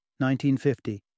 1950